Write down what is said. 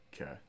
okay